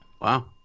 Wow